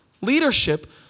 leadership